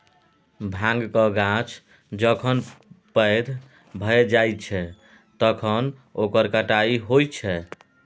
भाँगक गाछ जखन पैघ भए जाइत छै तखन ओकर कटाई होइत छै